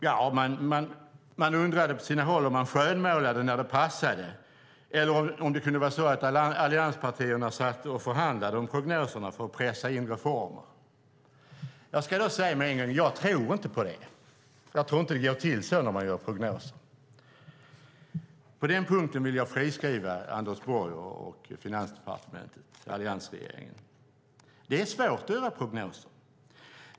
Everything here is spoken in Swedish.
Man undrade på sina håll om de skönmålade när det passade eller om det kunde vara så att allianspartierna förhandlade om prognoserna för att pressa in reformer. Jag ska säga med en gång att jag inte tror på det. Jag tror inte att det går till så när man gör prognoser. På den punkten vill jag friskriva Anders Borg, Finansdepartementet och alliansregeringen. Det är svårt att göra prognoser.